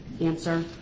Answer